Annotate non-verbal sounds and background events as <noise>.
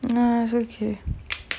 ah it's okay <noise>